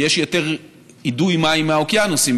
כי יש יותר אידוי מים מהאוקיינוסים,